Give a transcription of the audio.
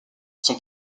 son